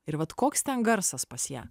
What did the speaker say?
ir vat koks ten garsas pas ją